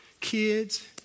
Kids